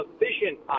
efficient